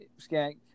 Skank